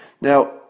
Now